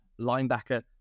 linebacker